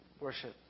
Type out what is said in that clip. Worship